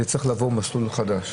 זה יצטרך לעבור מסלול מחדש,